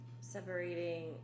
separating